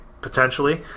potentially